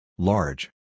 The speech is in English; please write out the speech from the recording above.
Large